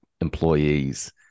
employees